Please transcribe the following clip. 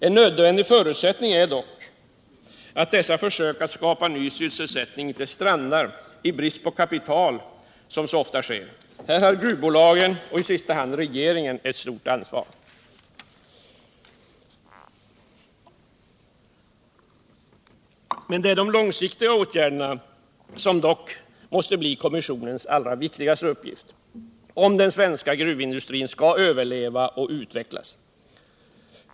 En nödvändig förutsättning är dock att dessa försök att skapa ny sysselsättning inte strandar i brist på kapital, som så ofta sker. Här har gruvbolagen och i sista hand regeringen ett stort ansvar. Men det är dock de långsiktiga åtgärderna som måste bli kommissionens allra viktigaste uppgift, om den svenska gruvindustrin skall överleva och utvecklas.